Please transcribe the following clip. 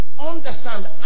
Understand